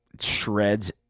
shreds